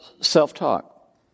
self-talk